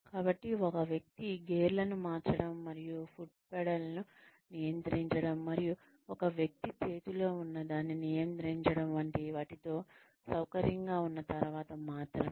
కాబట్టి ఒక వ్యక్తి గేర్లను మార్చడం మరియు ఫుట్ పెడల్లను నియంత్రించడం మరియు ఒక వ్యక్తి చేతిలో ఉన్నదాన్ని నియంత్రించడం వంటి వాటితో సౌకర్యంగా ఉన్న తర్వాత మాత్రమే